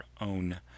own